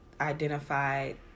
identified